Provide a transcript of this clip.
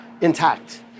intact